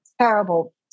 terrible